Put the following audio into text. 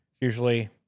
Usually